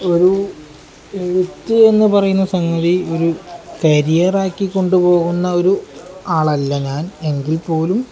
ഒരു ഏഴുത്ത് എന്ന് പറയുന്ന സംഗതി ഒരു കരിയറാക്കി കൊണ്ടപോകുന്ന ഒരു ആളല്ല ഞാൻ എങ്കിൽ പോലും